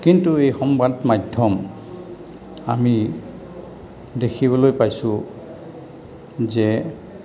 কিন্তু এই সংবাদ মাধ্যম আমি দেখিবলৈ পাইছোঁ যে